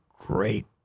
great